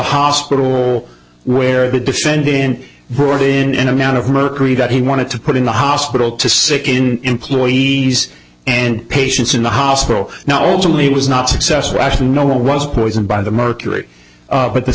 hospital where the defendant brought in an amount of mercury that he wanted to put in the hospital to sicken employees and patients in the hospital now ultimately was not successful actually no one was poisoned by the mercury but the